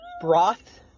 broth